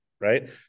Right